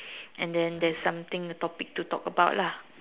and then there's something a topic to talk about lah